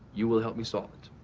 you will help me solve it.